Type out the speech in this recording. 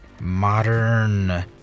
modern